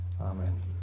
Amen